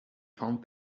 found